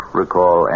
recall